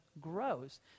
grows